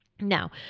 Now